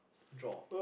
draw